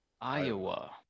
Iowa